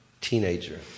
teenager